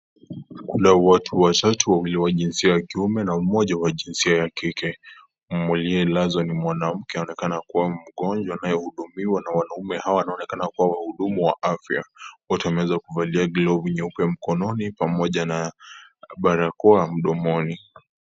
Kuna watu watatu, wawili wa jinsia ya kiume na moja wa jinsia ya kike, Aliyelazwa ni mwanamke akionekana kuwa mgonjwa anahudumiwa na wanaumme hawa wanaoonekana kama wahudumu wa afya. Wote wanaonekana kuvalia glovi nyeupe mkononi, pamoja na barakoa mdomoni.